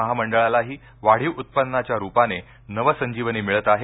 महामंडळालाही वाढीव उत्पन्नाच्या रूपाने नवसंजीवनी मिळत आहे